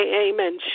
amen